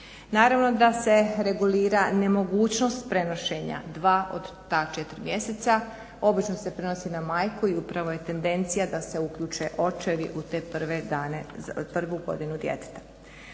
Naravno da se regulira nemogućnost prenošenja dva od ta četiri mjeseca. Obično se prenosi na majku i upravo je tendencija da se uključe očevi u te prve dane u prvu godinu djeteta.